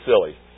silly